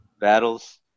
battles